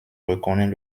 reconnaît